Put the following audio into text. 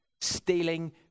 stealing